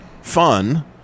fun